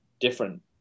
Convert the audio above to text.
different